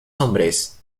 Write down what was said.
hombres